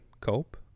cope